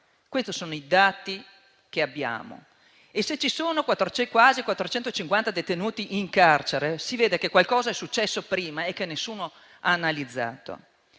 Questi sono i dati che noi abbiamo. Se ci sono quasi 450 detenuti minori in carcere, si vede che qualcosa è successo prima e che nessuno ha fatto